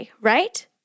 right